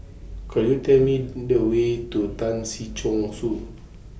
Could YOU Tell Me to The Way to Tan Si Chong Su